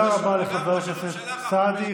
וגם ראש הממשלה חף מפשע.